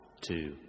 two